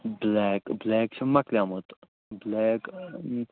black بٕلیک چھُ مۄکلیومُت بٕلیک